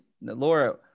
Laura